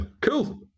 cool